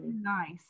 Nice